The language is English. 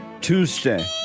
Tuesday